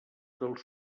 dels